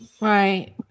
Right